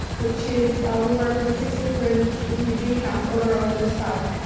which is, we work with six different refugee camps all around the west bank,